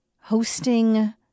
hosting